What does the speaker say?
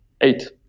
Eight